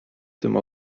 tym